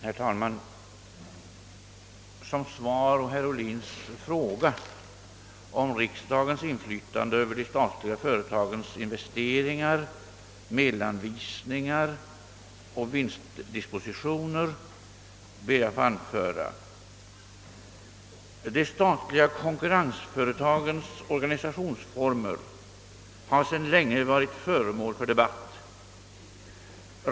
Herr Ohlin har frågat mig, om jag vill försäkra riksdagen, att regeringen eftersträvar en klargörande redovisning av investeringar och räntabilitet inom de offentliga företagen var för sig samt att avsikten inte är att minska riksdagens inflytande över medelsanvisningen till dessa företag eller över riktlinjerna för deras vinstdisposition. De statliga konkurrensföretagens organisationsformer har sedan länge varit föremål för debatt.